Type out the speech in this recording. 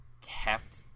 kept